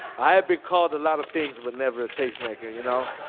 i had been called a lot of things but never a tastemaker, you know.